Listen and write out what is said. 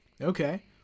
Okay